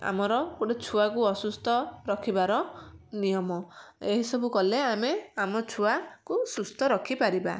ଆମର ଗୋଟେ ଛୁଆକୁ ଅସୁସ୍ଥ ରଖିବାର ନିୟମ ଏହି ସବୁ କଲେ ଆମେ ଆମ ଛୁଆକୁ ସୁସ୍ଥ ରଖି ପାରିବା